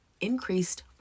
increased